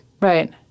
Right